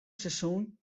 seizoen